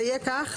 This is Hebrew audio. זה יהיה כך,